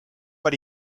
but